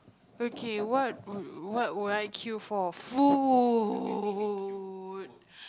okay what what would I queue for food